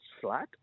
flat